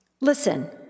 Listen